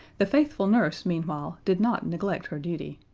the faithful nurse, meanwhile, did not neglect her duty.